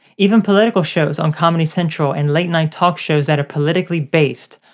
even political shows on comedy central and late night talk shows that are politically based.